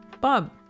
Bob